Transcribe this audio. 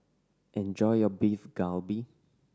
enjoy your Beef Galbi